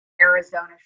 Arizona